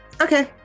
okay